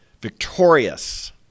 victorious